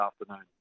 afternoon